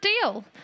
deal